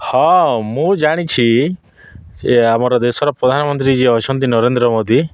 ହଁ ମୁଁ ଜାଣିଛି ସିଏ ଆମର ଦେଶର ପ୍ରଧାନମନ୍ତ୍ରୀ ଯିଏ ଅଛନ୍ତି ନରେନ୍ଦ୍ର ମୋଦି